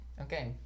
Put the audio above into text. Okay